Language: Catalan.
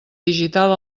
digital